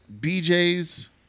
BJ's